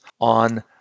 on